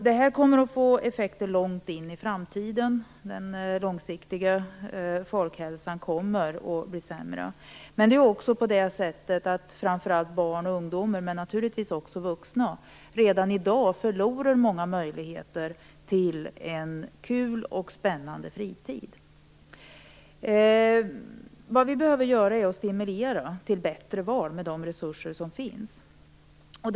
Detta kommer att få effekter långt in i framtiden. Folkhälsan kommer långsiktigt att bli sämre. Framför allt barn och ungdomar - men givetvis också vuxna - förlorar redan i dag många möjligheter till en kul och spännande fritid. Vad vi behöver göra är att med de resurser som finns stimulera till bättre val.